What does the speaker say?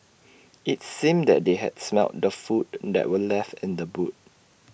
IT seemed that they had smelt the food that were left in the boot